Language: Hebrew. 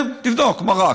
כן, תבדוק, מרק.